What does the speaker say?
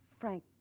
Frank